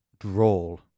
drawl